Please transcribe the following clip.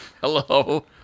Hello